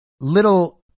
little